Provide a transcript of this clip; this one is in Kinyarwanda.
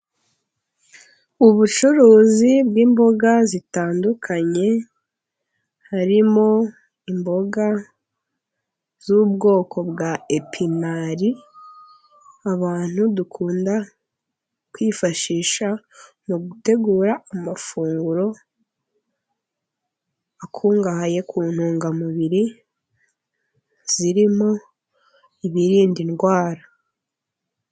Ubucuruzi bw'imboga zitandukanye harimo imboga z'ubwoko bwa epinari, abantu dukunda kwifashisha, mu gutegura amafunguro akungahaye ku ntungamubiri zirimo ibirinda indwara.